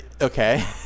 Okay